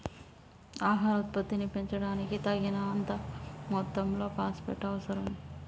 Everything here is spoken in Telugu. ఆహార ఉత్పత్తిని పెంచడానికి, తగినంత మొత్తంలో ఫాస్ఫేట్ అవసరం